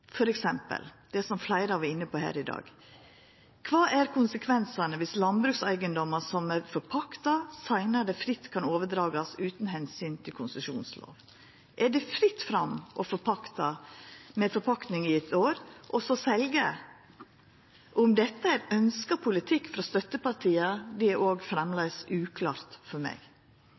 det som fleire har vore inne på her i dag: Kva er konsekvensane dersom landbrukseigedomar som er forpakta, seinare fritt kan overdragast utan omsyn til konsesjonslova? Er det fritt fram å forpakta i eitt år og så selja? Om dette er ønskt politikk frå støttepartia, er òg framleis uklart for meg.